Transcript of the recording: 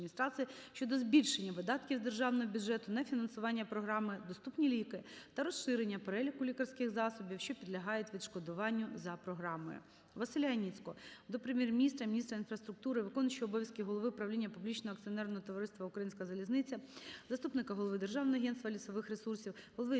щодо збільшення видатків з Державного бюджету на фінансування програми "Доступні ліки" та розширення переліку лікарських засобів, що підлягають відшкодуванню за програмою. Василя Яніцького до Прем'єр-міністра, міністра інфраструктури, виконуючого обов'язки Голови правління Публічного акціонерного товариства "Українська залізниця", заступника Голови Державного агентства лісових ресурсів, голови